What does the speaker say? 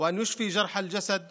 ושיביא להחלמת פצעי הגוף והנשמה.